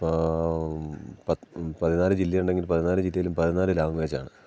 ഇപ്പോൾ പതിനാല് ജില്ല ഉണ്ടെങ്കിൽ പതിനാല് ജില്ലയിലും പതിനാല് ലാംഗ്വേജാണ്